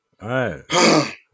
right